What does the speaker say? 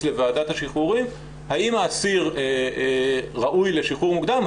לוועדת השחרורים האם האסיר ראוי לשחרור מוקדם,